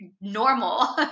normal